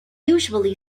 usually